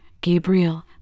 Gabriel